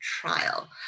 trial